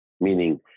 meaning